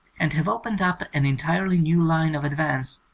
and have opened up an entirely new line of ad vance,